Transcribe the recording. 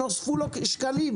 למי נוספו שקלים?